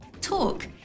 Talk